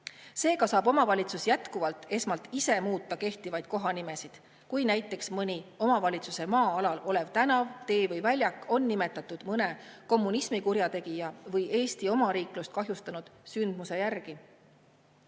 Seega saab omavalitsus jätkuvalt esmalt ise muuta kehtivaid kohanimesid, kui näiteks mõni omavalitsuse maa-alal olev tänav, tee või väljak on nimetatud mõne kommunismikurjategija või Eesti omariiklust kahjustanud sündmuse järgi.